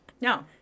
No